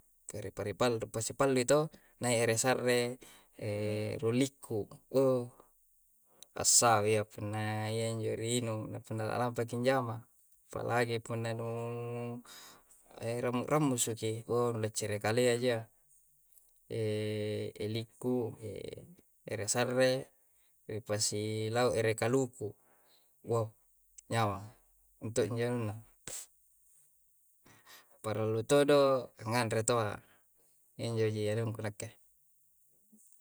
Ere paripallui pasipallui to nai' ere sarre rung likku. Ooowh assaui iyya punna iya injo rinung. Punna la lampa ki njama. Apalagi punna nu enurammu'-rammusu ki. Owh nu lacciri kalea ji yya. likku ere sarre, nipasilau' ere kaluku. Boh, nyamang. Minto' injo anunna. Parallu todo' nganre taua. Injo ji anungku nakke.